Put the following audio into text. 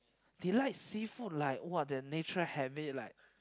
they like seafood like the natural habit